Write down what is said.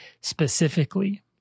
specifically